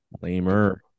Lamer